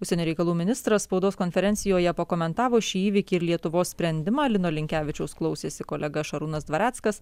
užsienio reikalų ministras spaudos konferencijoje pakomentavo šį įvykį ir lietuvos sprendimą lino linkevičiaus klausėsi kolega šarūnas dvareckas